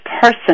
person